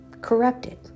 corrupted